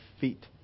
feet